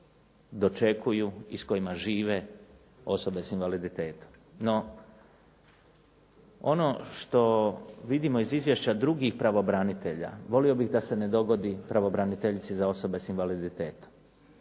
koji dočekuju i s kojima žive osobe sa invaliditetom. No, ono što vidimo iz izvješća drugih pravobranitelja, volio bih da se ne dogodi pravobraniteljici za osobe sa invaliditetom.